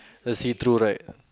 the see through right